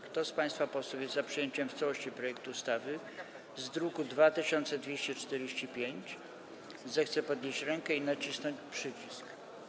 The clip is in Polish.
Kto z państwa posłów jest za przyjęciem w całości projektu ustawy w brzmieniu z druku nr 2245, zechce podnieść rękę i nacisnąć przycisk.